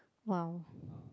!wow!